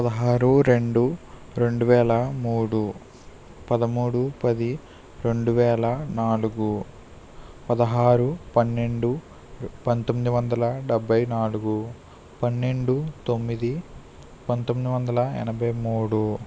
పదహారు రెండు రెండు వేల మూడు పదమూడు పది రెండు వేల నాలుగు పదహారు పన్నెండు పంతొమ్మిది వందల డెబ్బై నాలుగు పన్నెండు తొమ్మిది పంతొమ్మిది వందల ఎనభై మూడు